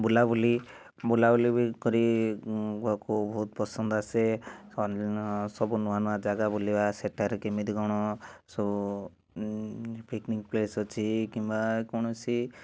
ବୁଲାବୁଲି ବୁଲାବୁଲି ବି କରି ବାକୁ ବହୁତ ପସନ୍ଦ ଆସେ ଅଲି ନ ସବୁ ନୂଆ ନୂଆ ଜାଗା ବୁଲିବା ସେଠାରେ କେମିତି କ'ଣ ସବୁ ପିକନିକ୍ ପ୍ଲେସ୍ ଅଛି କିମ୍ବା କୌଣସି